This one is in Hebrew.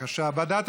ועדת